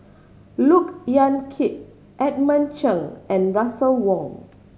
Look Yan Kit Edmund Cheng and Russel Wong